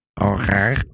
Okay